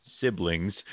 siblings